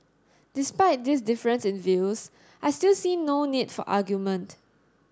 despite this difference in views I still see no need for argument